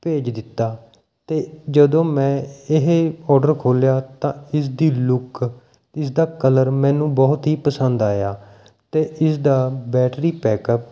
ਭੇਜ ਦਿੱਤਾ ਅਤੇ ਜਦੋਂ ਮੈਂ ਇਹ ਓਡਰ ਖੋਲ੍ਹਿਆ ਤਾਂ ਇਸ ਦੀ ਲੁੱਕ ਇਸ ਦਾ ਕਲਰ ਮੈਨੂੰ ਬਹੁਤ ਹੀ ਪਸੰਦ ਆਇਆ ਅਤੇ ਇਸ ਦਾ ਬੈਟਰੀ ਪੈਕਅਪ